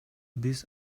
биз